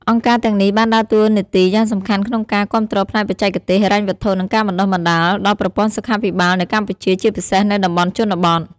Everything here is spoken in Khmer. អង្គការទាំងនេះបានដើរតួនាទីយ៉ាងសំខាន់ក្នុងការ គាំទ្រផ្នែកបច្ចេកទេស ហិរញ្ញវត្ថុ និងការបណ្តុះបណ្តាល ដល់ប្រព័ន្ធសុខាភិបាលនៅកម្ពុជា ជាពិសេសនៅតំបន់ជនបទ។